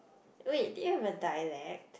wait do you have a dialect